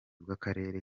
bw’akarere